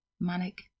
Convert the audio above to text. Manic